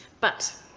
but,